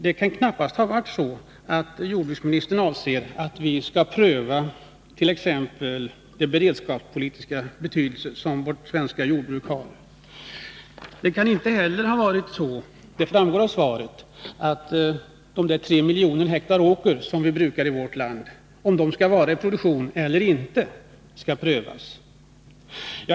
Jordbruksministern kan knappast ha avsett att vi skall pröva t.ex. vilken beredskapspolitisk betydelse vårt svenska jordbruk har. Det kan inte heller ha varit så — det framgår av svaret — att frågan om de tre miljoner hektar åker som vi brukar i vårt land skall vara i produktion eller inte skall prövas.